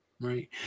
Right